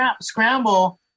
scramble